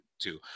two